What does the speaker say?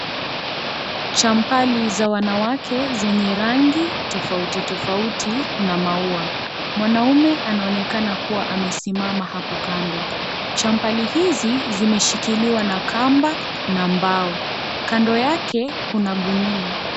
Champali za wanawake zenye rangi tofauti tofauti na maua. Mwanaume anaonekana kuwa amesimama hapo kando champali hizi zimeshikiliwa na kamba na mbao, kando yake kuna gunia.